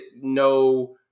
no